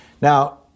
Now